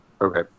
okay